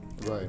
right